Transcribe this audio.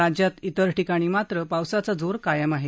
राज्यात इतर ठिकाणी मात्र पावसाचा जोर कायम आहे